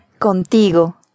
Contigo